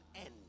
end